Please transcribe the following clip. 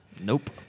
Nope